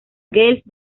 gales